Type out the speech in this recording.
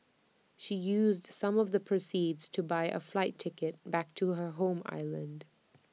she used some of the proceeds to buy A flight ticket back to her home island